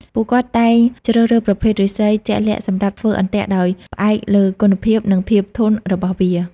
ពួកគាត់តែងជ្រើសរើសប្រភេទឫស្សីជាក់លាក់សម្រាប់ធ្វើអន្ទាក់ដោយផ្អែកលើគុណភាពនិងភាពធន់របស់វា។